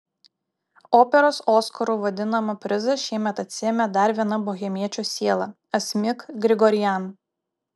operos oskaru vadinamą prizą šiemet atsiėmė dar viena bohemiečių siela asmik grigorian